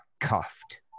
cuffed